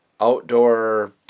Outdoor